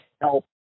help